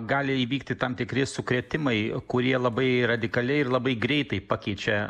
gali įvykti tam tikri sukrėtimai kurie labai radikaliai ir labai greitai pakeičia